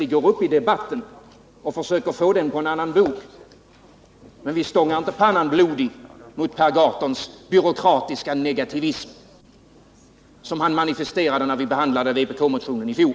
Vi går upp i debatten och försöker få den på en annan bog, men vi stångar inte pannan blodig mot Per Gahrtons byråkratiska negativism, som han manifesterade när vpk-motionen behandlades i fjol.